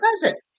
present